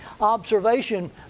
observation